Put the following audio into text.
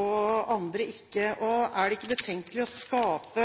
og andre ikke? Er det ikke betenkelig å skape